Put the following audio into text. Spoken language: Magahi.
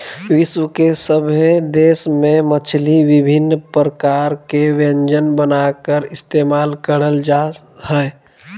विश्व के सभे देश में मछली विभिन्न प्रकार के व्यंजन बनाकर इस्तेमाल करल जा हइ